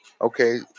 okay